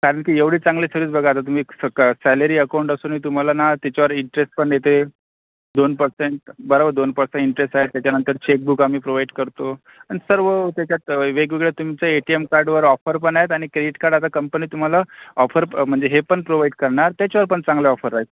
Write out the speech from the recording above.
का नं की एवढी चांगली सर्विस बघा आता तुम्ही फक्त सॅलरी अकाउंट असूनही तुम्हाला ना त्याच्यावर इंटरेस्ट पण येते दोन परसेंट बराबर दोन परसेंट इंटरेस्ट आहे त्याच्यानंतर चेकबुक आम्ही प्रोव्हाइट करतो आणि सर्व त्याच्यात वेगवेगळ्या तुमच्या ए टी एम कार्डवर ऑफर पण आहेत आणि क्रेडिट कार्ड आता कंपनी तुम्हाला ऑफर म्हणजे हे पण प्रोव्हाइड करणार त्याच्यावर पण चांगल्या ऑफर आहेत